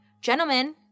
gentlemen